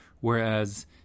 Whereas